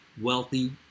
wealthy